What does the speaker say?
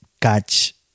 catch